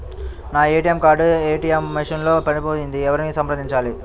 నా ATM card ATM machine లో పడిపోయింది ఎవరిని సంప్రదించాలి?